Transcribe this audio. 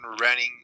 running